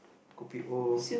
kopi O